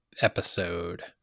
episode